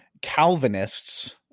Calvinists –